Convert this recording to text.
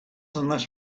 unless